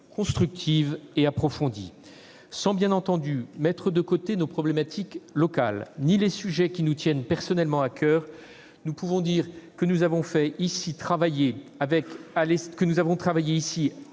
constructive et approfondie. Sans bien entendu mettre de côté nos problématiques locales ni les sujets qui nous tiennent personnellement à coeur, nous pouvons dire que nous avons ici travaillé en ayant